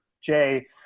Jay